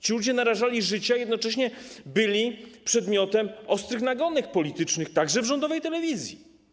Ci ludzie narażali życie i jednocześnie byli przedmiotem ostrych nagonek politycznych, także w rządowej telewizji.